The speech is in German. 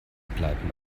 bleiben